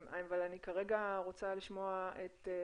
כרגע אני רוצה לשמוע את התלמידים.